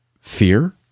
fear